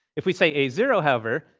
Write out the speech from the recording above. if we say a zero, however,